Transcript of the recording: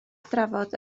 drafod